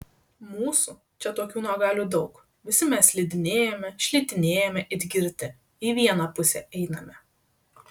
mūsų čia tokių nuogalių daug visi mes slidinėjame šlitinėjame it girti į vieną pusę einame